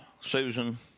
Susan